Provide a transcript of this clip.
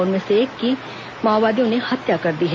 उनमें से एक ग्रामीण की माओवादियों ने हत्या कर दी है